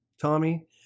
Tommy